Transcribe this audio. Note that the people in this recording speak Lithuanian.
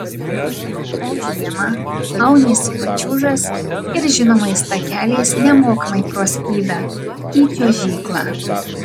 o žiemą auniesi pačiūžas ir žinomais takeliais nemokamai pro skydą į čiuožyklą